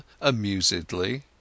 amusedly